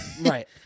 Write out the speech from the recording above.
Right